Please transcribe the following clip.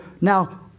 now